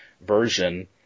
version